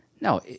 no